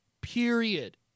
period